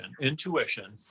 intuition